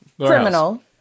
Criminal